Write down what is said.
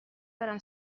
برم